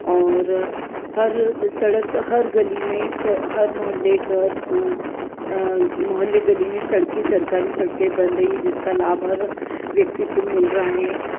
और हर सड़क हर गली में हर माहल्ले मोहल्ले गली में सड़कें सरकारी सड़कें बन रही हैं जिसका लाभ हर व्यक्ति को मिल रहा है